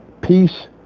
Peace